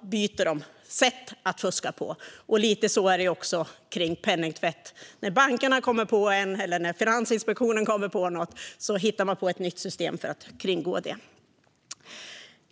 byter de sätt att fuska på. Lite så är det också med penningtvätt: När bankerna kommer på en, eller när Finansinspektionen kommer på något, hittar man på ett nytt system för att kringgå det.